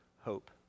hope